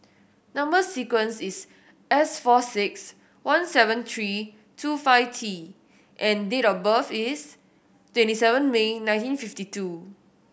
number sequence is S four six one seven three two five T and date of birth is twenty seven May nineteen fifty two